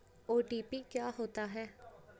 OTP क्या होता है?